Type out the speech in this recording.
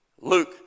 Luke